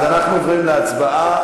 אנחנו עוברים להצבעה.